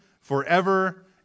forever